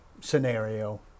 scenario